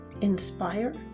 inspire